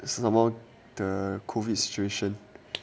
somemore the COVID situation